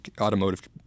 automotive